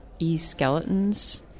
eSkeletons